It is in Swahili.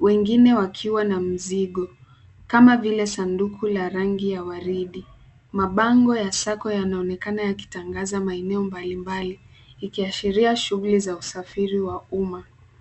wengine wakiwa na mzigo kama vile sanduku la rangi ya waridi. Mabango ya Sacco yanaonekana yakitangaza maeneo mbalimbali ikiashiria shughuli za usafiri wa umma.